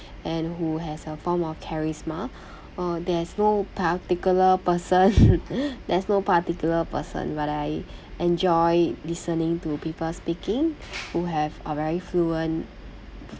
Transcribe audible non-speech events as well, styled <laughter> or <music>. and who has a form of charisma uh there's no particular person <laughs> there's no particular person but I enjoy listening to people speaking who have a very fluent